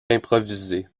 improvisés